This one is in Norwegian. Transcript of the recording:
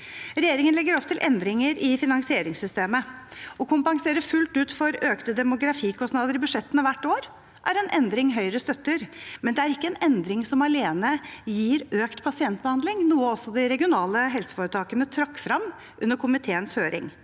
Regjeringen legger opp til endringer i finansieringssystemet. Å kompensere fullt ut for økte demografikostnader i budsjettene hvert år er en endring Høyre støtter, men det er ikke en endring som alene gir økt pasientbehandling, noe også de regionale helseforetakene trakk frem under komiteens høring.